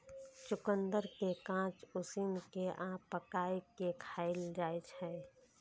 चुकंदर कें कांच, उसिन कें आ पकाय कें खाएल जाइ छै